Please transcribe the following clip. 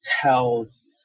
tells